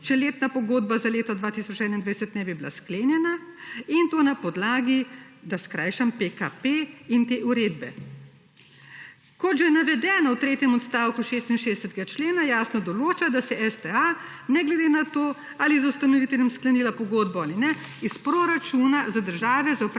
če letna pogodba za leto 2021 ne bi bila sklenjena in to na podlagi, da skrajšam PKP in te uredbe. Kot že navedeno v tretjem odstavku 66. člena jasno določa, da se STA ne glede na to ali je z ustanoviteljem sklenila pogodbo ali ne, iz proračuna za države za